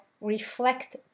reflect